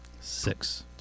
Six